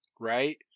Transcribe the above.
right